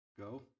go